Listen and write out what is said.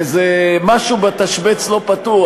איזה משהו בתשבץ לא פתור.